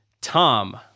tom